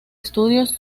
estudios